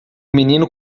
menino